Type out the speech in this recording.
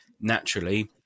naturally